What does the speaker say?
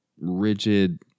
rigid